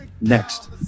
next